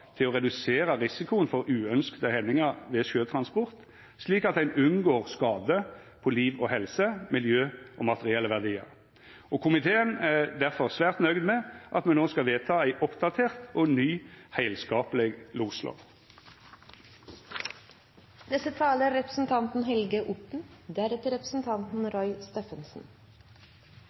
til å redusera risikoen for uønskte hendingar ved sjøtransport, slik at ein unngår skade på liv og helse, miljø og materielle verdiar. Komiteen er derfor svært nøgd med at me nå skal vedta ei oppdatert og ny heilskapleg